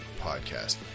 Podcast